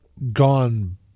gone